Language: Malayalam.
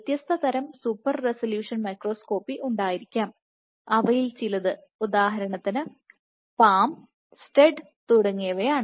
വ്യത്യസ്ത തരം സൂപ്പർ റെസല്യൂഷൻ മൈക്രോസ്കോപ്പി ഉണ്ടായിരിക്കാം അവയിൽ ചിലത് ഉദാഹരണത്തിന് PALM STED തുടങ്ങിയവയാണ്